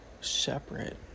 separate